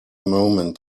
moment